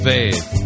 Faith